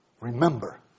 Remember